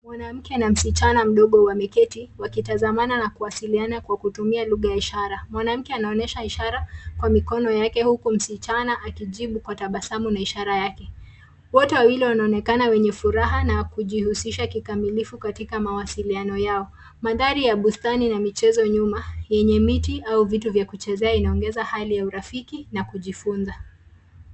Mwanamke na msichana mdogo wameketi wakitazamana na kuwasiliana kwa kutumia lugha ya ishara. Mwanamke anaonyesha ishara kwa mikono yake huku msichana akijibu kwa tabasamu na ishara yake. Wote wawili wanaonekana wenye furaha na kujihusisha kikamilifu katika mawasiliano yao. Mandhari ya bustani na michezo nyuma yenye miti au vitu vya kuchezea inaonyesha hali ya urafiki na kujifunza.